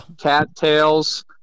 cattails